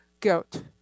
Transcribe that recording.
guilt